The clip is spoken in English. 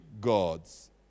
gods